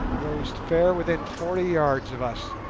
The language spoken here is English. rose fair within forty yards of us,